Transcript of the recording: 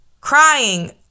crying